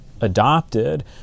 adopted